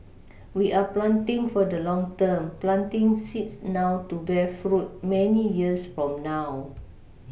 we are planting for the long term planting seeds now to bear fruit many years from now